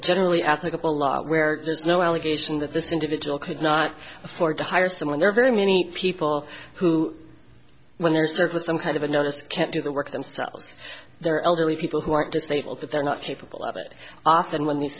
generally applicable law where there's no allegation that this individual could not afford to hire someone there are very many people who when their service some kind of a no just can't do the work themselves they're elderly people who aren't disabled that they're not capable of it off and when these